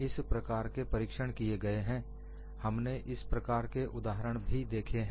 इस प्रकार के परीक्षण किए गए हैं हमने इस प्रकार के उदाहरण भी देखे हैं